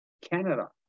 canada